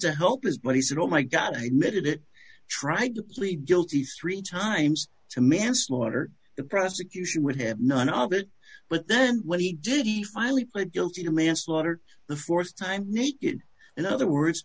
to help his but he said oh my god i needed it try to plead guilty three times to manslaughter the prosecution would have none of it but then when he did he finally pled guilty to manslaughter the th time naked in other words